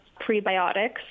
prebiotics